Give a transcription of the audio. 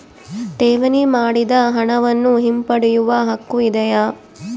ಠೇವಣಿ ಮಾಡಿದ ಹಣವನ್ನು ಹಿಂಪಡೆಯವ ಹಕ್ಕು ಇದೆಯಾ?